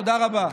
תודה רבה.